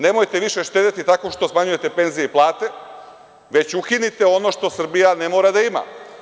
Nemojte više štedeti tako što smanjujete penzije i plate, već ukinite ono što Srbija ne mora da ima.